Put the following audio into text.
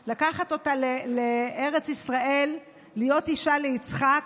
כדי לקחת אותה לארץ ישראל ולהיות אישה ליצחק,